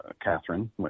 Catherine